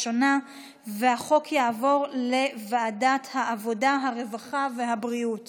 2020, לוועדת העבודה, הרווחה והבריאות